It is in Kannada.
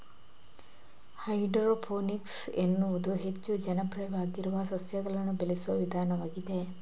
ಹೈಡ್ರೋಫೋನಿಕ್ಸ್ ಎನ್ನುವುದು ಹೆಚ್ಚು ಜನಪ್ರಿಯವಾಗಿರುವ ಸಸ್ಯಗಳನ್ನು ಬೆಳೆಸುವ ವಿಧಾನವಾಗಿದೆ